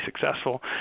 successful